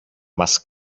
μας